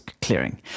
clearing